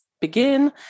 begin